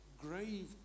grave